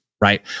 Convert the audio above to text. right